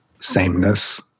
sameness